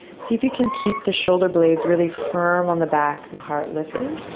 see if you can keep the shoulder blades really firm on the back and the heart lifted.